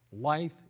Life